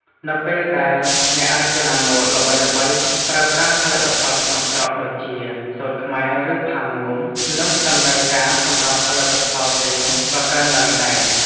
នៅពេលដែលអ្នករចនាម៉ូដល្បីៗប្រើប្រាស់ផលិតផលក្នុងស្រុក ដូចជា សូត្រខ្មែរ ឬ ផាមួង នោះតម្រូវការសម្រាប់ផលិតផលទាំងនោះក៏កើនឡើងដែរ។